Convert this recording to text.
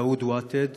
דאוד ותד,